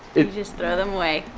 ah just throw them away.